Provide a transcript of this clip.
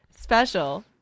special